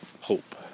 hope